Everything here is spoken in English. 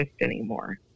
anymore